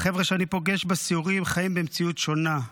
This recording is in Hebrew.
החבר'ה שאני פוגש בסיורים חיים במציאות שונה,